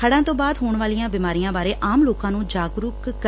ਹੜਾਂ ਤੋ ਬਾਅਦ ਹੋਣ ਵਾਲੀਆਂ ਬਿਮਾਰੀਆਂ ਬਾਰੇ ਆਮ ਲੋਕਾਂ ਨੂੰ ਜਾਗਰੁਕ ਕਰਨ